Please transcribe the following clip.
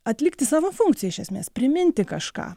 atlikti savo funkciją iš esmės priminti kažką